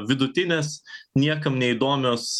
vidutinės niekam neįdomios